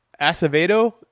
Acevedo